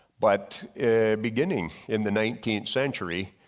but beginning in the nineteenth century,